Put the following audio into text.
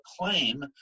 claim